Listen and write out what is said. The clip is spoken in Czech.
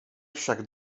však